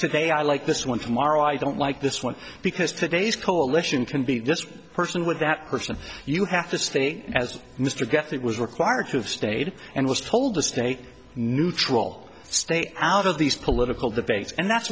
today i like this one tomorrow i don't like this one because today's coalition can be just a person with that person you have to stay as mr get that was required to have stayed and was told to stay neutral stay out of these political debates and that's